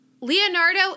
Leonardo